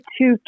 two